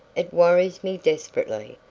it worries me desperately.